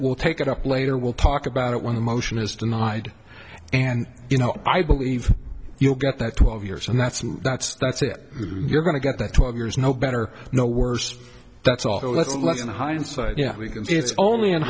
we'll take it up later we'll talk about it when the motion is denied and you know i believe you got that twelve years and that's that's that's it you're going to get that twelve years no better no worse that's all that's left in hindsight yeah it's only in